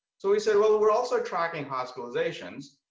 so we said, well, we're also tracking hospitalizations.